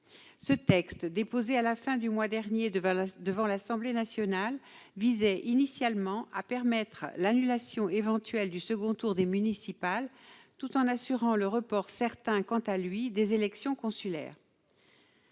Ce texte, déposé à la fin du mois dernier devant l'Assemblée nationale, visait initialement à permettre l'annulation éventuelle du second tour des municipales, tout en assurant le report, qui est quant à lui certain, des élections consulaires.